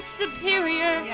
superior